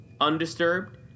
undisturbed